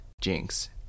Jinx